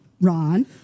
Ron